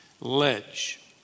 ledge